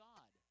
God